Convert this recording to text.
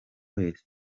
wese